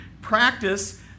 Practice